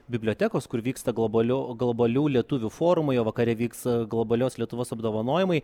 bibliotekos kur vyksta globaliu globalių lietuvių forumai o vakare vyks globalios lietuvos apdovanojimai